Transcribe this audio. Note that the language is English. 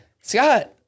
Scott